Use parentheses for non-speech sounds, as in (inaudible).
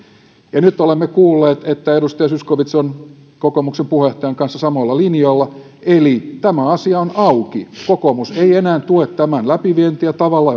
nyt olemme kuulleet että edustaja zyskowicz on kokoomuksen puheenjohtajan kanssa samoilla linjoilla eli tämä asia on auki kokoomus ei enää tue tämän läpivientiä tavalla (unintelligible)